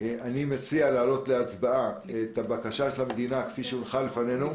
מציע להעלות להצבעה את הקשה של המדינה כפי שהונחה לפנינו.